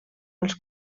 als